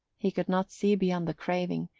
he could not see beyond the craving,